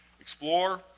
explore